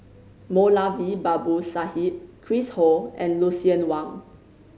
Moulavi Babu Sahib Chris Ho and Lucien Wang